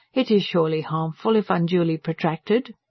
it is surely harmful if unduly protracted?